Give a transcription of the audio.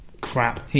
crap